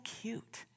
cute